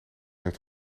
heeft